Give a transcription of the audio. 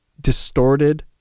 distorted